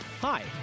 Hi